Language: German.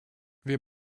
wir